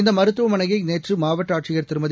இந்த மருத்துவமனையை நேற்று மாவட்ட ஆட்சியர் திருமதி